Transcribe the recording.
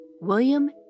William